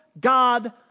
God